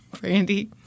Brandy